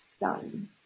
done